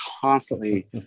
constantly